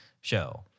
show